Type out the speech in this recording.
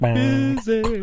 busy